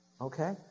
Okay